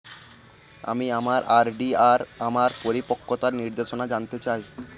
আমি আমার আর.ডি এর আমার পরিপক্কতার নির্দেশনা জানতে চাই